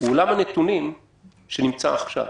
הוא עולם הנתונים שנמצא עכשיו?